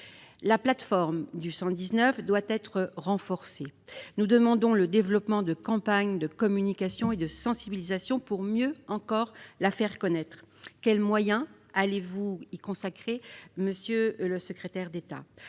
La plateforme du 119 doit être renforcée : nous demandons des campagnes de communication et de sensibilisation pour la faire davantage connaître. Quels moyens allez-vous y consacrer, monsieur le secrétaire d'État ?